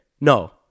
No